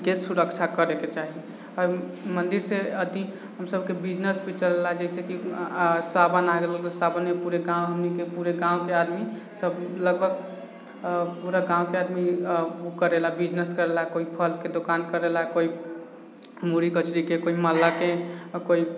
के सुरक्षा करैके चाही आओर मन्दिरसँ अथी हमसबके बिजनेस भी चलऽला जइसेकि आओर सावन आबि गेलऽ तऽ सावने पूरा गाँव हमनीके पूरे गाँवके आदमीसब लगभग पूरे गाँवके आदमी ओ करऽला बिजनेस करऽला कोइ फलके दोकान करऽला कोइ मुरही कचरीके कोइ मालाके आओर कोइ